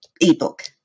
ebook